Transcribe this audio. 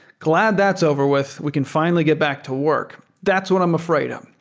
glad that's over with. we can finally get back to work. that's what i'm afraid um